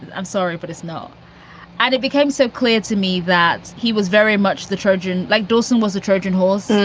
i'm sorry, but it's not and it became so clear to me that he was very much the churgin. like dawson was a trojan horse.